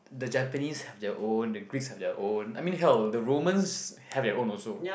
the Japanese have their own the Greeks have their own I mean hell the Romans have their own also